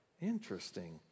Interesting